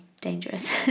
dangerous